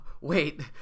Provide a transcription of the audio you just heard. wait